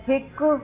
हिकु